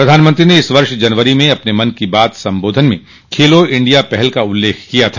प्रधानमंत्री ने इस वर्ष जनवरी में अपने मन की बात सम्बोधन में खेलो इंडिया पहल का उल्लेख किया था